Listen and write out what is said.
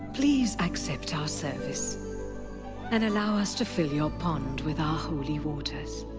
please accept our service and allow us to fill your pond with our holy waters.